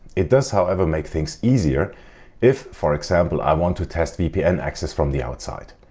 it does however make things easier if for example i want to test vpn access from the outside.